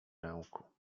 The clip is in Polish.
ręku